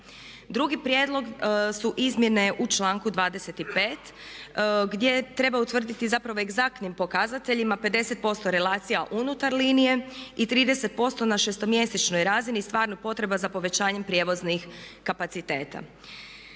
Drugi prijedlog su izmjene u članku 25. gdje treba utvrditi zapravo egzaktnim pokazateljima 50% relacija unutar linije i 30% na šestomjesečnoj razini stvarnih potreba za povećanjem prijevoznih kapaciteta.